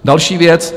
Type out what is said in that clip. Další věc.